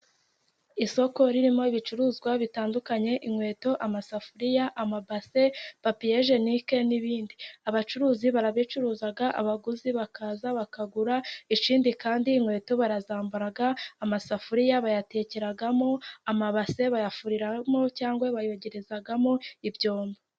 Isoko ririmo ibicuruzwa bitandukanye ririmo inkweto, amasafuriya, amabase, papiyegenike n'ibindi abacuruzi barabicuruza abaguzi bakaza bakagura, ikindi kandi inkweto barazambara, amasafuriya bayatekeramo, amabase bayafuriramo cyangwa bayogerezamo ibyombo.